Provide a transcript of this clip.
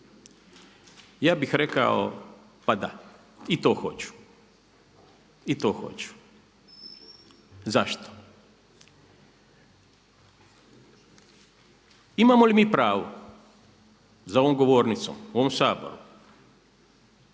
ja bih rekao, pa da i to hoću, i to hoću. Zašto? Imamo li mi pravo za ovom govornicom, u ovom Saboru